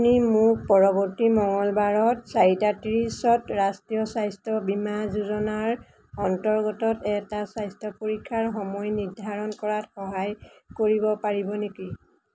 আপুনি মোক পৰৱৰ্তী মঙলবাৰত চাৰিটা ত্ৰিচত ৰাষ্ট্ৰীয় স্বাস্থ্য বীমা যোজনাৰ অন্তৰ্গত এটা স্বাস্থ্য পৰীক্ষাৰ সময় নিৰ্ধাৰণ কৰাত সহায় কৰিব পাৰিব নেকি